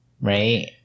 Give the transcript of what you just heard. Right